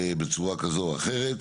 בצורה כזו או אחרת.